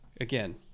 Again